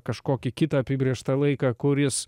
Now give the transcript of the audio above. kažkokį kitą apibrėžtą laiką kuris